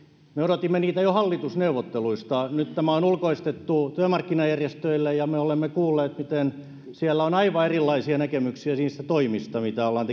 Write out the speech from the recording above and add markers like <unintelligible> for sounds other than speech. me odotimme niitä jo hallitusneuvotteluista nyt tämä on ulkoistettu työmarkkinajärjestöille ja me olemme kuulleet miten siellä on aivan erilaisia näkemyksiä niistä toimista mitä ollaan <unintelligible>